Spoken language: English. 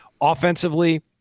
offensively